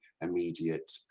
immediate